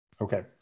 Okay